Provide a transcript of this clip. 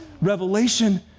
revelation